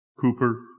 Cooper